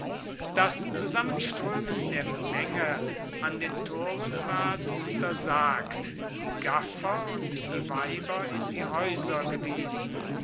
das zusammenstroemen der menge an den toren ward untersagt die gaffer und die weiber in die haeuser gewiesen